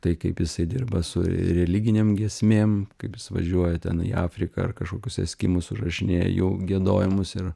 tai kaip jisai dirba su religinėm giesmėm kaip jis važiuoja ten į afriką ar kažkokius eskimus užrašinėja jų giedojimus ir